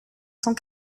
cent